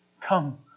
come